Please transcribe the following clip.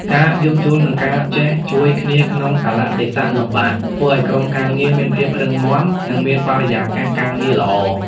ការយោគយល់ និងការចេះជួយគ្នាក្នុងកាលៈទេសៈលំបាក ធ្វើឱ្យក្រុមការងារមានភាពរឹងមាំ និងមានបរិយាកាសការងារល្អ។